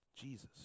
Jesus